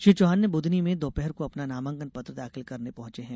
श्री चौहान ने बुधनी में दोपहर को अपना नामांकन पत्र दाखिल करने पहुंचे हैं